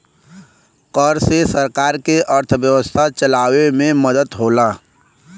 कर से सरकार के अर्थव्यवस्था चलावे मे मदद होला